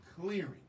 clearing